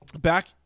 back